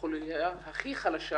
החוליה הכי חלשה